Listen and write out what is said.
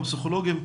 הפסיכולוגים,